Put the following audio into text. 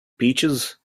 peaches